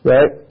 Right